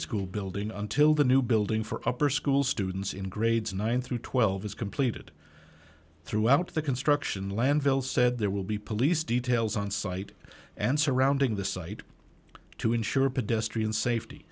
school building until the new building for upper school students in grades nine through twelve is completed throughout the construction landfill said there will be police details on site and surrounding the site to ensure pedestrian safety